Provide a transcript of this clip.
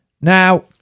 Now-